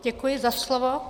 Děkuji za slovo.